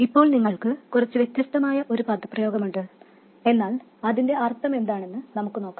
ഇപ്പോൾ നമുക്ക് കുറച്ച് വ്യത്യസ്തമായ ഒരു പദപ്രയോഗമുണ്ട് എന്നാൽ അതിന്റെ അർത്ഥമെന്താണെന്ന് നമുക്ക് നോക്കാം